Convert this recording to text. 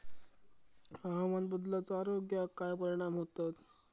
हवामान बदलाचो आरोग्याक काय परिणाम होतत?